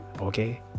okay